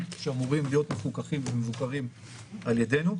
שאמורים להיות מפוקחים ומבוקרים על ידינו.